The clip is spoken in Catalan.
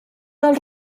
dels